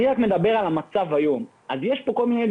אני מדבר על המצב היום, יש פה שיח